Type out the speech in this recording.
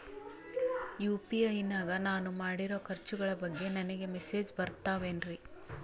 UPI ನಾಗ ನಾನು ಮಾಡಿರೋ ಖರ್ಚುಗಳ ಬಗ್ಗೆ ನನಗೆ ಮೆಸೇಜ್ ಬರುತ್ತಾವೇನ್ರಿ?